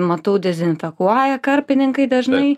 matau dezinfekuoja karpininkai dažnai